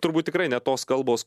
turbūt tikrai ne tos kalbos